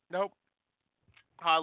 Nope